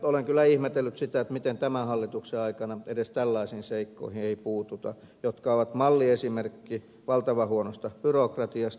olen kyllä ihmetellyt sitä miten tämän hallituksen aikana edes tällaisiin seikkoihin ei puututa jotka ovat malliesimerkkejä valtavan huonosta byrokratiasta